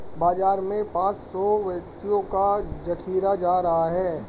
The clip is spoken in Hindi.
बाजार में पांच सौ व्यक्तियों का जखीरा जा रहा है